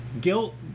guilt